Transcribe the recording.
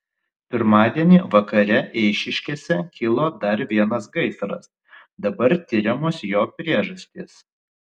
pirmadienį vakare eišiškėse kilo dar vienas gaisras dabar tiriamos jo priežastys